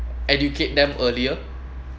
educate them earlier